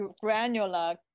granular